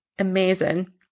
amazing